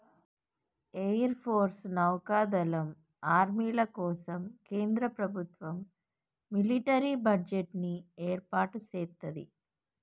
air force, నౌకా దళం, ఆర్మీల కోసం కేంద్ర ప్రభుత్వం మిలిటరీ బడ్జెట్ ని ఏర్పాటు సేత్తది